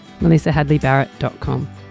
melissahadleybarrett.com